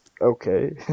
Okay